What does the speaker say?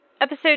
episode